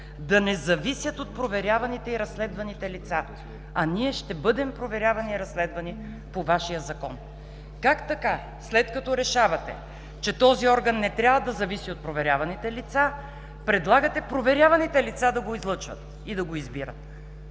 да не зависят от проверяваните и разследваните лица, а ние ще бъдем проверявани и разследвани по Вашия Закон. Как така, след като решавате, че този орган не трябва да зависи от проверяваните лица, предлагате проверяваните лица да го излъчват и да го избират?